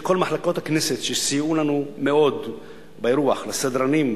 לכל מחלקות הכנסת שסייעו לנו מאוד באירוח: לסדרנים,